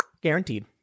guaranteed